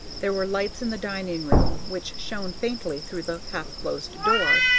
there were lights in the dining-room which shone faintly through the half-closed door,